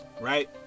right